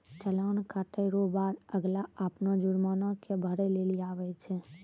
चालान कटे रो बाद अगला अपनो जुर्माना के भरै लेली आवै छै